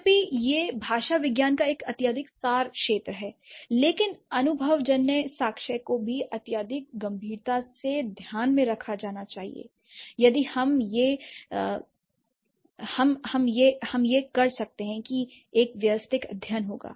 यद्यपि यह भाषा विज्ञान का एक अत्यधिक सार क्षेत्र है लेकिन अनुभवजन्य साक्ष्य को भी अधिक गंभीरता से ध्यान में रखा जाना चाहिए यदि हम यह कर सकते हैं कि एक व्यवस्थित अध्ययन होगा